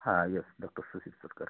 হ্যাঁ yes doctor Sushit সরকার